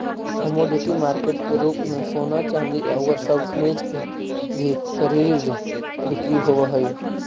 commodity market के रूप में सोना चांदी औउर सब खनिज के भी कर्रिड बिक्री होवऽ हई